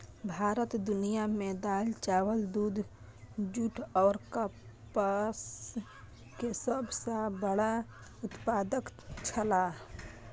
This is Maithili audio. भारत दुनिया में दाल, चावल, दूध, जूट और कपास के सब सॉ बड़ा उत्पादक छला